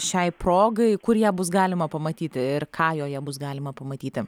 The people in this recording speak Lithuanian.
šiai progai kur ją bus galima pamatyti ir ką joje bus galima pamatyti